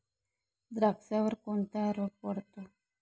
द्राक्षावर कोणता रोग पडतो?